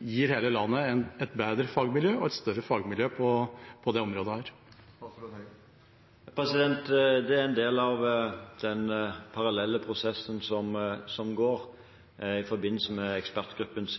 gir hele landet et bedre og større fagmiljø på dette området? Det er en del av den parallelle prosessen som foregår i forbindelse med ekspertgruppens